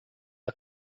are